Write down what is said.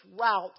route